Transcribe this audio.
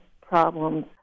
problems